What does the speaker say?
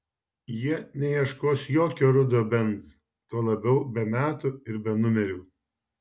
jie neieškos jokio rudo benz tuo labiau be metų ir be numerių